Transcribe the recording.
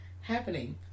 happening